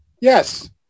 Yes